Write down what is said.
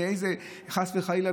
חס וחלילה,